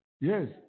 yes